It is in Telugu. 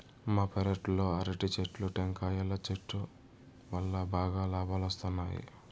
మా పెరట్లో అరటి చెట్లు, టెంకాయల చెట్టు వల్లా బాగా లాబాలొస్తున్నాయి